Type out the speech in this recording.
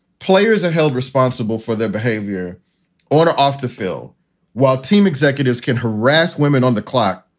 players are held responsible for their behavior on or off the field while team executives can harass women on the clock.